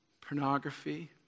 pornography